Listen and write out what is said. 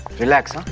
relax, um